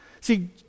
See